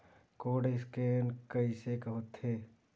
Code scan कइसे होथे?